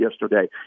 yesterday